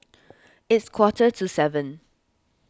its quarter to seven